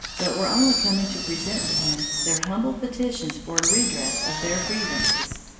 but were only coming to present to him their humble petitions for a redress of their grievances,